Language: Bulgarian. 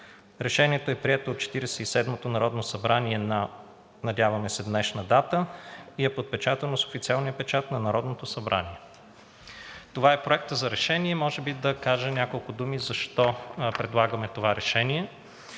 Решението е прието от Четиридесет и седмото народно събрание на – надяваме се, днешна дата – и е подпечатано с официалния печат на Народното събрание.“ Това е Проектът за решение и може би да кажа няколко думи защо предлагаме това решение.